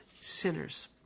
sinners